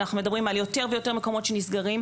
אנחנו מדברים על יותר ויותר מקומות שנסגרים,